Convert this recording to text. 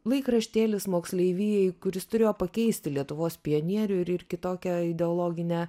laikraštėlis moksleivijai kuris turėjo pakeisti lietuvos pionierių ir ir kitokią ideologinę